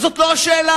אבל זאת לא השאלה.